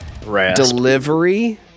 delivery